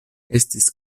estis